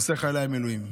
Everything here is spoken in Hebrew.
נושא חיילי המילואים.